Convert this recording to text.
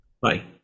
Bye